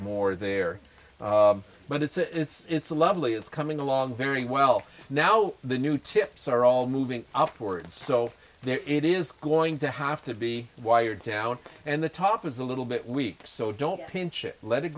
more there but it's a it's it's a lovely it's coming along very well now the new tips are all moving upwards so there it is going to have to be wired down and the top is a little bit weak so don't pinch it let it